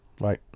Right